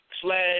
slash